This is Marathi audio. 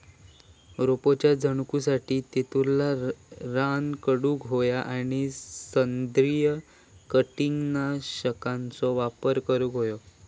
रोपाच्या जपणुकीसाठी तेतुरला रान काढूक होया आणि सेंद्रिय कीटकनाशकांचो वापर करुक होयो